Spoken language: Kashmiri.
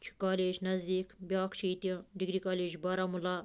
چھُ کالیج نزدیٖک بیٛاکھ چھُ ییٚتہِ ڈِگری کالیج بارہمولہ